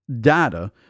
data